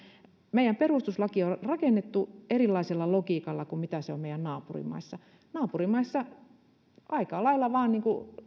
meidän perustuslakimme on on rakennettu erilaisella logiikalla kuin mitä se on meidän naapurimaissamme naapurimaissamme aika lailla vain